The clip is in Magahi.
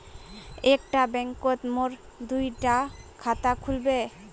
एक खान बैंकोत मोर दुई डा खाता खुल बे?